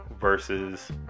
versus